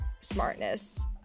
smartness